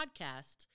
podcast